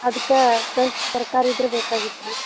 ಅದಕ್ಕ್ಕೆ fresh ತರಕಾರಿ ಇದ್ದರೆ ಬೇಕಾಗಿತ್ತು ರೀ